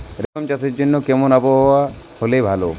রেশম চাষের জন্য কেমন আবহাওয়া হাওয়া হলে ভালো?